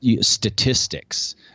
statistics